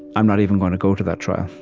i'm not even gonna go to that trial.